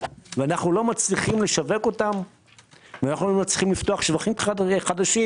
ואנחנו לא מצליחים לשווק אותם ואנחנו לא מצליחים לפתוח שווקים חדשים.